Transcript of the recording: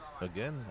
again